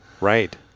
right